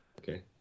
okay